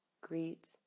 greet